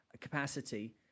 capacity